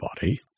body